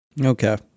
Okay